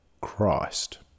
Christ